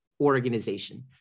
organization